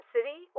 City